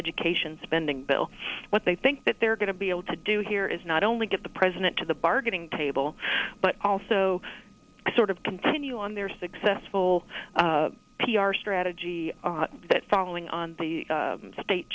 education spending bill what they think that they're going to be able to do here is not only get the president to the bargaining table but also sort of continue on their successful p r strategy that following on the state